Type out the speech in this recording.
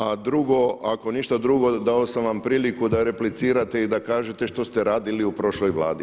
A drugo, ako ništa drugo dao sam vam priliku da replicirate i da kažete što ste radili u prošloj Vladi.